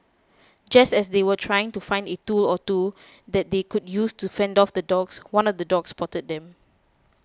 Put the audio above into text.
just as they were trying to find a tool or two that they could use to fend off the dogs one of the dogs spotted them